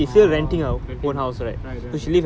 orh right right right